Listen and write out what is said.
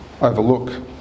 overlook